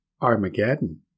Armageddon